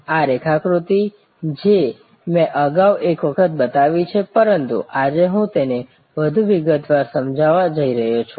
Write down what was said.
આ રેખાકૃતિ જે મેં અગાઉ એક વખત બતાવી છે પરંતુ આજે હું તેને વધુ વિગતવાર સમજાવવા જઈ રહ્યો છું